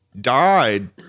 died